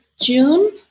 June